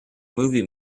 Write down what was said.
movie